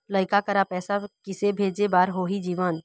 लइका करा पैसा किसे भेजे बार होही जीवन